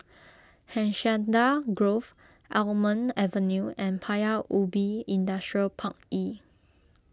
Hacienda Grove Almond Avenue and Paya Ubi Industrial Park E